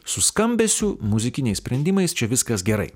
su skambesiu muzikiniais sprendimais čia viskas gerai